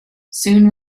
soon